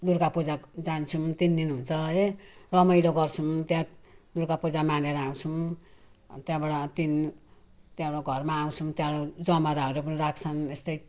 दुर्गा पूजा जान्छौँ तिन दिन हुन्छ है रमाइलो गर्छौँ त्यहाँ दुर्गा पूजा मानेर आउँछौँ त्यहाँबाट तिन त्यहाँबाट घरमा आउँछौँ त्यहाँबाट जमाराहरू पनि राख्छौँ यस्तै